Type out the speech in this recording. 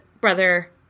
brother